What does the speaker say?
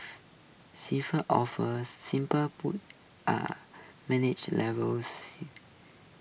seafarer officers simply put are management level